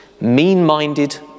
mean-minded